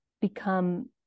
become